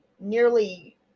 nearly